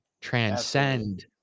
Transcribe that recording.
transcend